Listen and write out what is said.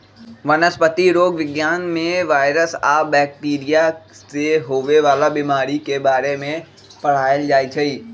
वनस्पतिरोग विज्ञान में वायरस आ बैकटीरिया से होवे वाला बीमारी के बारे में पढ़ाएल जाई छई